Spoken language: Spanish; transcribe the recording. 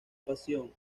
pasión